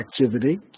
activity